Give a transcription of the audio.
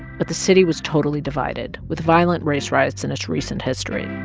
but the city was totally divided, with violent race riots in its recent history.